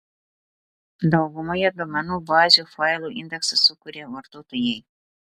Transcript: daugumoje duomenų bazių failo indeksą sukuria vartotojai